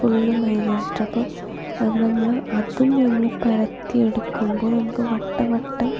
full maida വെച്ചിട്ട് അപ്പോൾ അത് നമ്മൾ അതും നമ്മൾ പരത്തി എടുക്കുമ്പോൾ നമുക്ക് വട്ടം വട്ടം